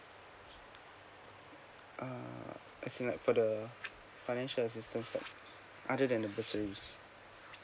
uh so like for the financial assistant right other than the bursaries